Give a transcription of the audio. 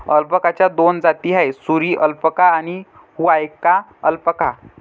अल्पाकाच्या दोन जाती आहेत, सुरी अल्पाका आणि हुआकाया अल्पाका